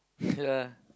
yeah